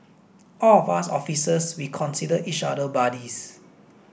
all of us officers we consider each other buddies